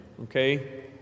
okay